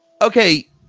Okay